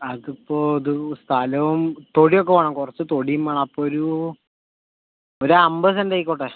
അതിപ്പോൾ ഇത് സ്ഥലവും തൊടിയുമൊക്കെ വേണം കുറച്ചു തൊടിയും വേണം അപ്പോൾ ഒരു ഒരു അമ്പതു സെൻ്റ് ആയിക്കോട്ടെ